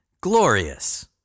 Glorious